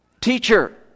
Teacher